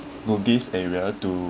bugis area to